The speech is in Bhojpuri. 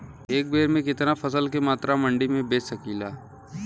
एक बेर में कितना फसल के मात्रा मंडी में बेच सकीला?